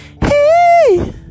Hey